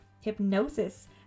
hypnosis